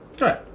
Right